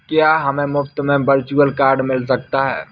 क्या हमें मुफ़्त में वर्चुअल कार्ड मिल सकता है?